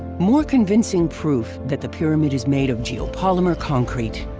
more convincing proof that the pyramid is made of geopolymer concrete